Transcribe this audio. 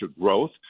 growth